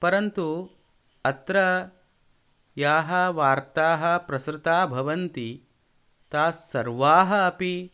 परन्तु अत्र याः वार्ताः प्रसृता भवन्ति तास्सर्वाः अपि